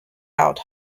out